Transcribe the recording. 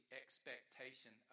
expectation